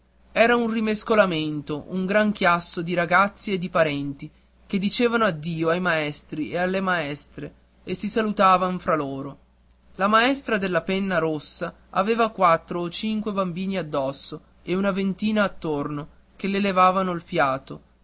era un rimescolamento un gran chiasso di ragazzi e di parenti che dicevano addio ai maestri e alle maestre e si salutavan fra loro la maestra della penna rossa aveva quattro o cinque bambini addosso e una ventina attorno che le legavano il fiato